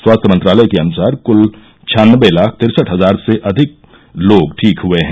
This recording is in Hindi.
स्वास्थ्य मंत्रालय के अनुसार क्ल छानबे लाख तिरसठ हजार से अधिक लोग ठीक हए हैं